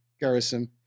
Garrison